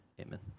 amen